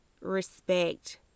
respect